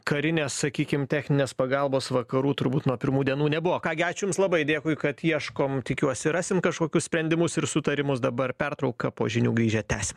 karinės sakykim techninės pagalbos vakarų turbūt nuo pirmų dienų nebuvo ką gi ačiū jums labai dėkui kad ieškom tikiuosi rasim kažkokius sprendimus ir sutarimus dabar pertrauka po žinių grįžę tęsim